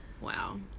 Wow